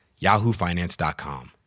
yahoofinance.com